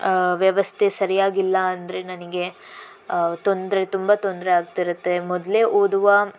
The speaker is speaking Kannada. ವ್ಯವಸ್ಥೆ ಸರಿಯಾಗಿಲ್ಲ ಅಂದರೆ ನನಗೆ ತೊಂದರೆ ತುಂಬ ತೊಂದರೆ ಆಗ್ತಿರುತ್ತೆ ಮೊದಲೇ ಓದುವ